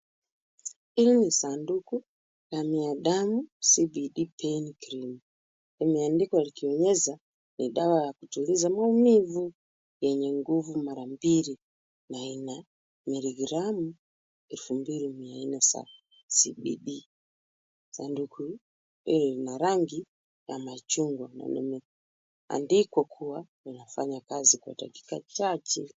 Hili ni sanduku na ni ya damu CBD Pain Cream. Imeandikwa likionyesha ni dawa ya kutuliza maumivu yenye nguvu mara mbili na ina miligramu elfu mbili mia nne za CBD. Sanduku hii lina rangi ya machungwa na limeandikwa kuwa inafanya kazi kwa dakika chache.